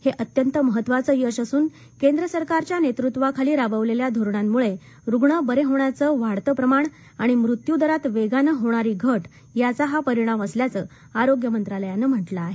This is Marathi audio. हे अत्यंत महत्वाचं यश असून केंद्र सरकारच्या नेतृत्वाखाली राबवलेल्या धोरणामूळं रुग्ण बरे होण्याचं वाढतं प्रमाण आणि मृत्यू दरात वेगानं होणारी घायाचा हा परिणाम असल्याचं आरोग्य मंत्रालयानं म्हालिं आहे